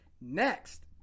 Next